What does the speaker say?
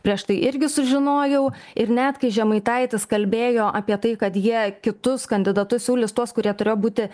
prieš tai irgi sužinojau ir net kai žemaitaitis kalbėjo apie tai kad jie kitus kandidatus siūlys tuos kurie turėjo būti